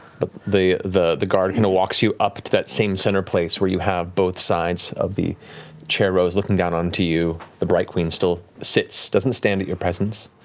but the the guard and walks you up to that same center place where you have both sides of the chair rows looking down onto you. the bright queen still sits, doesn't stand at your presence,